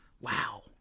Wow